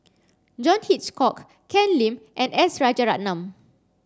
John Hitchcock Ken Lim and S Rajaratnam